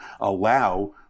allow